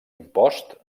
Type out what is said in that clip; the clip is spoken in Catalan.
impost